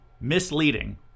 misleading